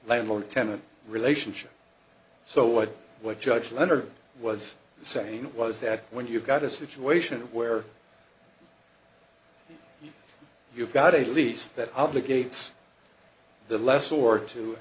landlord tenant relationship so what what judge leonard was the same was that when you've got a situation where you've got a lease that obligates the less or to